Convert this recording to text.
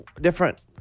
different